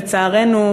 לצערנו,